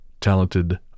talented